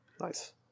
Nice